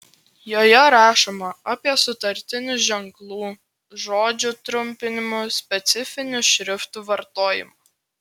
joje rašoma apie sutartinių ženklų žodžių trumpinimų specifinių šriftų vartojimą